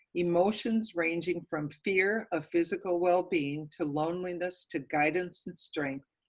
emotions ranging from fear of physical well-being, to loneliness, to guidance and strength,